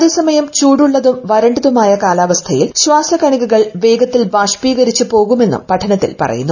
അതേസമയം ചൂടുള്ളതും വരണ്ടതുമായ കാലാവസ്ഥയിൽ ശ്വാസ കണികകൾ വേഗത്തിൽ ബാഷ്പീകരിച്ചു പോകുമെന്നും പഠനത്തിൽ പറയുന്നു